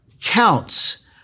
counts